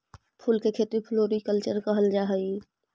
फूल के खेती के फ्लोरीकल्चर कहल जा हई